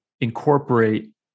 incorporate